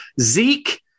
Zeke